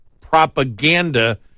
propaganda